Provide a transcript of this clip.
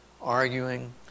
arguing